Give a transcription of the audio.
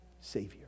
savior